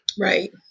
Right